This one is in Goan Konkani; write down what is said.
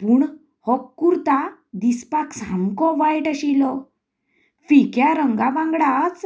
पूण हो कुर्ता दिसपाक सामको वायट आशिल्लो फिक्या रंगा वांगडाच